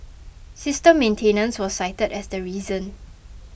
system maintenance was cited as the reason